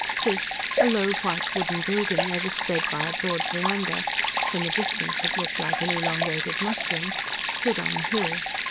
this, a low white wooden building, overspread by a broad verandah from a distance it looked like an elongated mushroom stood on a hill.